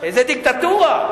איזה דיקטטורה?